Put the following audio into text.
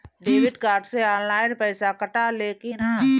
Debit card से online पैसा कटा ले कि ना?